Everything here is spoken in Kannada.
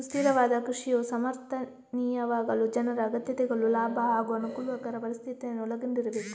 ಸುಸ್ಥಿರವಾದ ಕೃಷಿಯು ಸಮರ್ಥನೀಯವಾಗಲು ಜನರ ಅಗತ್ಯತೆಗಳು ಲಾಭ ಹಾಗೂ ಅನುಕೂಲಕರ ಪರಿಸ್ಥಿತಿಯನ್ನು ಒಳಗೊಂಡಿರಬೇಕು